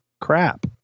crap